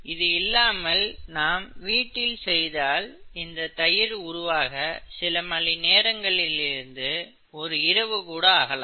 இது இல்லாமல் நாம் வீட்டில் செய்தால் இந்த தயிர் உருவாக சில மணி நேரங்களில் இருந்து ஒரு இரவு கூட ஆகலாம்